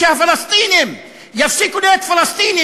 שהפלסטינים יפסיקו להיות פלסטינים,